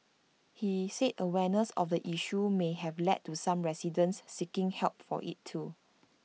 he said awareness of the issue may have led to some residents seeking help for IT too